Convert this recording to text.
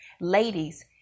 Ladies